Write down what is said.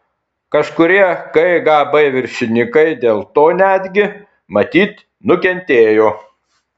kažkurie kgb viršininkai dėl to netgi matyt nukentėjo